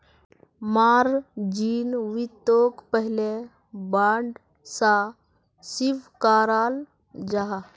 margin वित्तोक पहले bond सा स्विकाराल जाहा